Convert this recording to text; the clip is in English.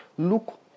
Look